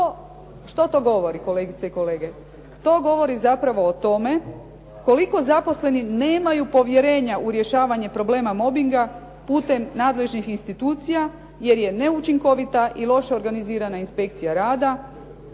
što to govori kolegice i kolege? To govori zapravo o tome koliko zaposleni nemaju povjerenja u rješavanje problema mobinga putem nadležnih institucija, jer je neučinkovita i loše organizirana inspekcija rada,